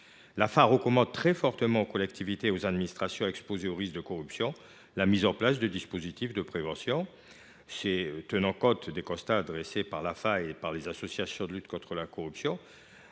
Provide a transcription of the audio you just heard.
ci, recommande très fortement aux collectivités et aux administrations exposées au risque de corruption la mise en place de dispositifs de prévention. Tenant compte des constats et recommandations de l’AFA et des associations de lutte contre la corruption,